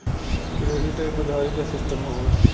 credit एक उधारी के सिस्टम हउवे